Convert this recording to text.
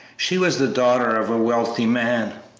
she was the daughter of a wealthy man.